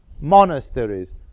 monasteries